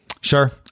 Sure